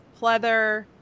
pleather